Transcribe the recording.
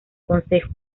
concejo